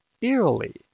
eerily